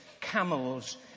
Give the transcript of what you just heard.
camels